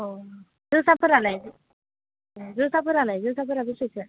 औ जोसाफोरालाय जोसाफोरालाय जोसाफोरा बेसेसो